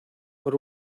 por